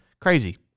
Crazy